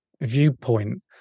viewpoint